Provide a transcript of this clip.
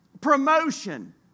promotion